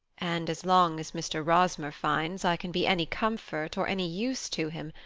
and as long as mr. rosmer finds i can be any comfort or any use to him,